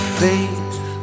faith